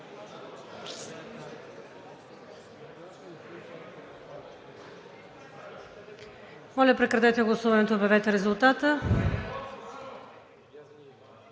Моля, прекратете гласуването и обявете резултата.